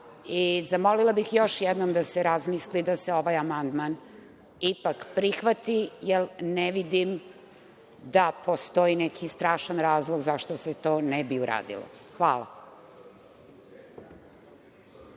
i zamolila bih još jednom da se razmisli da se ovaj amandman ipak prihvati, jer ne vidim da postoji neki strašan razlog zašto se to ne bi uradilo. Hvala.